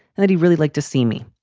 and that he really liked to see me.